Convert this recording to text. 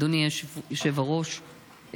אדוני היושב-ראש,